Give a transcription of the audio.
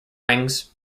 wings